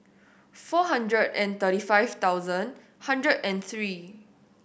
four hundred and thirty five thousand hundred and three